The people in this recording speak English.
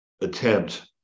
attempt